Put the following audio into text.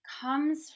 comes